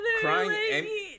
crying